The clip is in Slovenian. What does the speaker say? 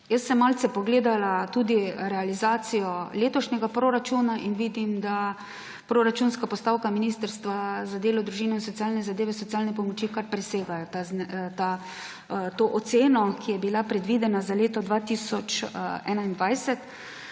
Jaz sem malce pogledala tudi realizacijo letošnjega proračuna in vidim, da proračunska postavka Ministrstva za delo, družino in socialne zadeve socialne pomoči kar presega to oceno, ki je bila predvidena za leto 2021.